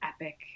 epic